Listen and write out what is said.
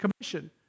Commission